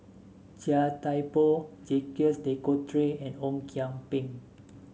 Chia Thye Poh Jacques De Coutre and Ong Kian Peng